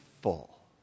full